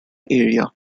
area